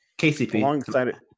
KCP